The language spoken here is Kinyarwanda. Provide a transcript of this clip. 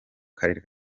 karere